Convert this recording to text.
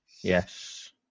Yes